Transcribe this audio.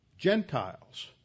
Gentiles